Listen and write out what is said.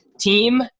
team